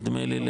נדמה לי,